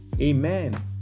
amen